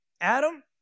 Adam